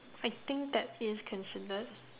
I think that is considered